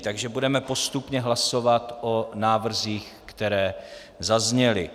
Takže budeme postupně hlasovat o návrzích, které zazněly.